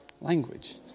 language